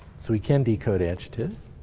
so we can decode adjectives.